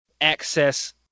access